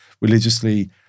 religiously